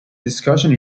discussion